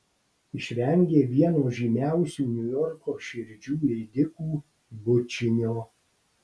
išvengė vieno žymiausių niujorko širdžių ėdikų bučinio